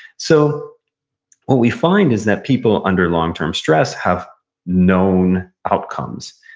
so what we find is that people under long-term stress have known outcomes.